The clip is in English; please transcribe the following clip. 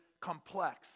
complex